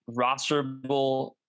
rosterable